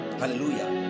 hallelujah